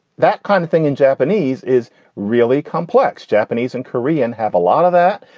that kind of thing in japanese is really complex. japanese and korean have a lot of that.